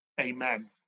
Amen